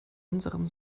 unserem